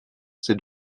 c’est